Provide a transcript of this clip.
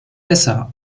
besser